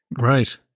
Right